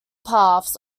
paths